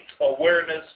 awareness